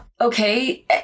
Okay